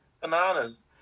bananas